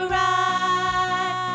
right